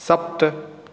सप्त